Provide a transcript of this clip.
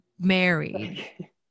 married